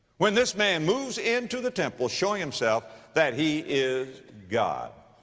when this man moves into the temple showing himself that he is god.